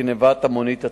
גנבת המונית עצמה.